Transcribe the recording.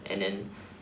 and then